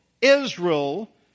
Israel